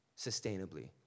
sustainably